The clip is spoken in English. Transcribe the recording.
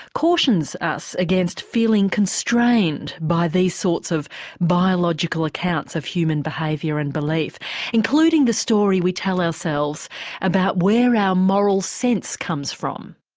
cautions us against feeling constrained by these sorts of biological accounts of human behaviour and belief including the story we tell ourselves about where our moral sense comes from.